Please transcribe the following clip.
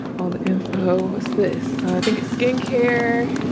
all the info. what's this? i think it's skincare.